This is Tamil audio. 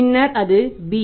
பின்னர் அது b